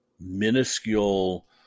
minuscule